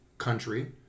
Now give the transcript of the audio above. country